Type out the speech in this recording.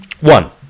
One